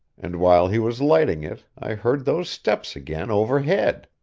and while he was lighting it i heard those steps again overhead.